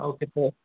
ଆଉ କେତେ